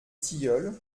tilleuls